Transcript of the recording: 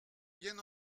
bien